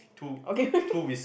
okay